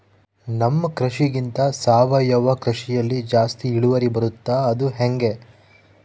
ನಮ್ಮ ಕೃಷಿಗಿಂತ ಸಾವಯವ ಕೃಷಿಯಲ್ಲಿ ಜಾಸ್ತಿ ಇಳುವರಿ ಬರುತ್ತಾ ಅದು ಹೆಂಗೆ?